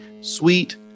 sweet